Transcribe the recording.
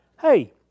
Hey